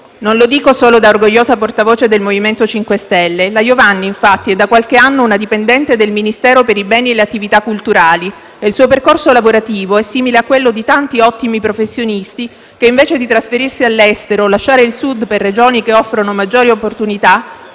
È quello l'argomento, Presidente. Come dicevo, la dottoressa Iovanni è da qualche anno una dipendente del Ministero per i beni e le attività culturali e il suo percorso lavorativo è simile a quello di tanti ottimi professionisti che, invece di trasferirsi all'estero o lasciare il Sud per Regioni che offrono maggiori opportunità,